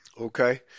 Okay